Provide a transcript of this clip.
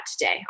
today